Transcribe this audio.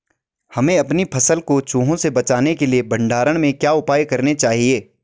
हमें अपनी फसल को चूहों से बचाने के लिए भंडारण में क्या उपाय करने चाहिए?